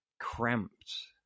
cramped